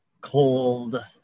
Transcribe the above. cold